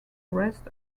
rest